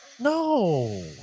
no